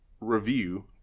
review